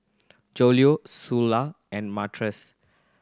Joella Sula and Martez